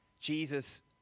Jesus